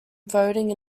voting